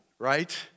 Right